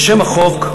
לשם החוק,